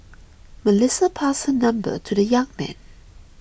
Melissa passed her number to the young man